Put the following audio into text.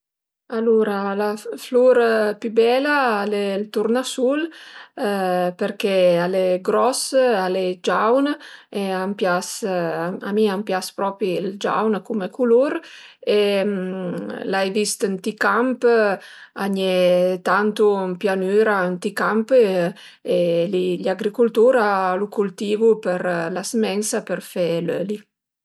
Alura la flur pi bela al e ël turnasul përché al e gros, al e giaun e a m'pias a mi a m'pias propi ël giaun cume culur e l'ai vist ënt i camp, an ie tantu ën pianüra ënt i camp e gl'agricultur a lu cultivu la smensa për fe l'öli